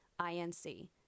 INC